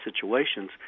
situations